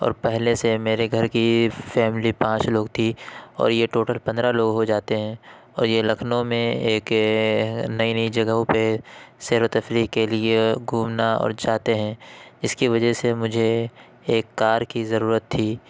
اور پہلے سے میرے گھر کی فیملی پانچ لوگ تھی اور یہ ٹوٹل پندرہ لوگ ہو جاتے ہیں اور یہ لکھنؤ میں ایک نئی نئی جگہوں پہ سیر و تفریح کے لیے گھومنا اور چاہتے ہیں اس کی وجہ سے مجھے ایک کار کی ضرورت تھی